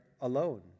alone